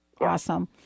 Awesome